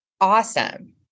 Awesome